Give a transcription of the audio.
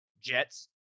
Jets